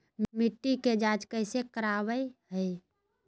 मिट्टी के जांच कैसे करावय है?